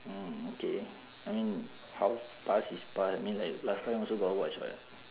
mm okay I mean how past is past I mean like last time also got watch [what]